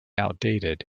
outdated